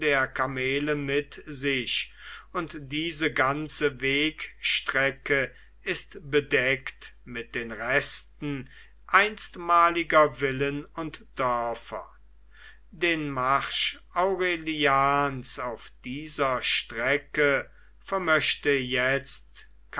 kamele mit sich und diese ganze wegstrecke ist bedeckt mit den resten einstmaliger villen und dörfer den marsch aurelians auf dieser strecke vermöchte jetzt